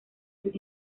sus